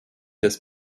des